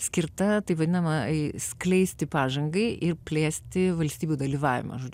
skirta taip vadinama skleisti pažangai ir plėsti valstybių dalyvavimą žodžiu